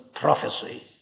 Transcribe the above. prophecy